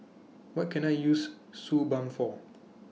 What Can I use Suu Balm For